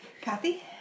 kathy